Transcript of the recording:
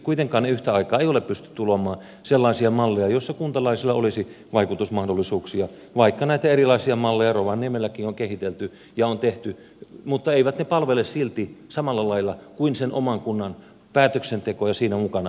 kuitenkaan yhtä aikaa ei ole pystytty luomaan sellaisia malleja joissa kuntalaisilla olisi vaikutusmahdollisuuksia vaikka näitä erilaisia malleja rovaniemelläkin on kehitelty ja on tehty mutta eivät ne palvele silti samalla lailla kuin sen oman kunnan päätöksenteko ja siinä mukana oleminen